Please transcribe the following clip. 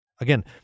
Again